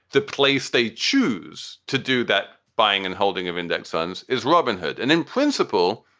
the place they choose to do that, buying and holding of index funds is robinhood. and in principle,